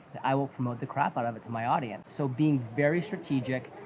i will promote the crap out of it to my audience. so, being very strategic,